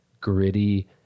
gritty